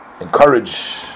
encourage